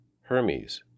Hermes